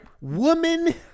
woman